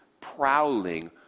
prowling